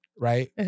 right